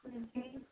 جی